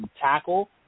tackle